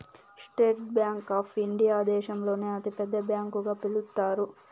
state Bank of India దేశంలోనే అతి పెద్ద బ్యాంకు గా పిలుత్తారు